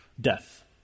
death